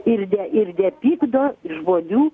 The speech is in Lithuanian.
ir ne ir nepykdo žmonių